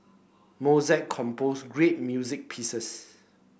Mozart composed great music pieces